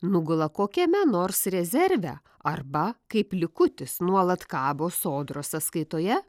nugula kokiame nors rezerve arba kaip likutis nuolat kabo sodros sąskaitoje